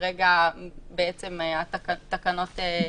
ושכרגע התקנות ---.